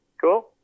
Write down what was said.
Cool